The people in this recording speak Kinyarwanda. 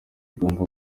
igomba